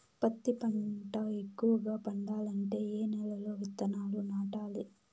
పత్తి పంట ఎక్కువగా పండాలంటే ఏ నెల లో విత్తనాలు నాటాలి?